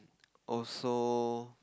also